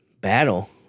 battle